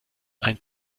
ein